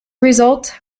result